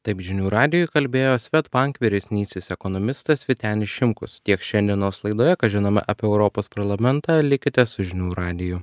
taip žinių radijui kalbėjo svedbank vyresnysis ekonomistas vytenis šimkus tiek šiandienos laidoje ką žinome apie europos parlamentą likite su žinių radiju